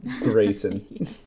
grayson